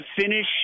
finish